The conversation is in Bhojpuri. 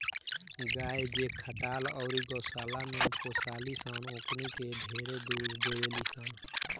गाय जे खटाल अउरी गौशाला में पोसाली सन ओकनी के ढेरे दूध देवेली सन